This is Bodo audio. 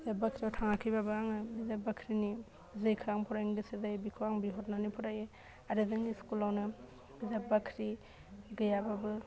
बिजाब बाख्रियाव थाङाखैबाबो आङो बिजाब बाख्रिनि जेखो आं फरायनो गोसो जायो बिखौ आं बिहरनानै फरायो आरो जोंनि स्कुलावनो बिजाब बाख्रि गैयाबाबो